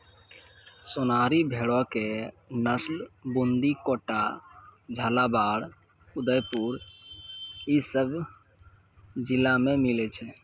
सोनारी भेड़ो के नस्ल बूंदी, कोटा, झालाबाड़, उदयपुर इ सभ जिला मे मिलै छै